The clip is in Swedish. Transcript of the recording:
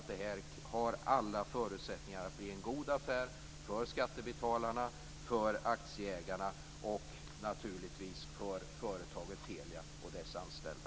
Detta har alla förutsättningar att bli en god affär för skattebetalarna, för aktieägarna och naturligtvis för företaget Telia och dess anställda.